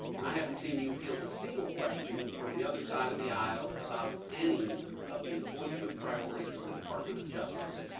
and i haven't seen you field a single question from the other side of the aisle about any of the enforcement priorities of the department of justice.